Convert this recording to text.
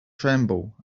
tremble